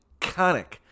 iconic